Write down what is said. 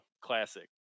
classic